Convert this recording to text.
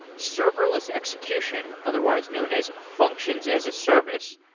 serverless execution, otherwise known as, functions as a service,